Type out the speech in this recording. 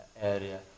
area